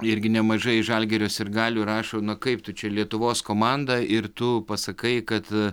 irgi nemažai žalgirio sirgalių rašo na kaip tu čia lietuvos komanda ir tu pasakai kad